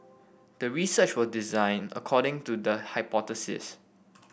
the research was designed according to the hypothesis